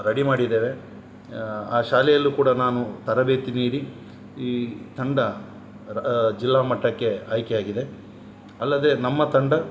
ready ಮಾಡಿದ್ದೇವೆ ಆ ಶಾಲೆಯಲ್ಲೂ ಕೂಡ ನಾನು ತರಬೇತಿ ನೀಡಿ ಈ ತಂಡ ಜಿಲ್ಲಾ ಮಟ್ಟಕ್ಕೆ ಆಯ್ಕೆಯಾಗಿದೆ ಅಲ್ಲದೇ ನಮ್ಮ ತಂಡ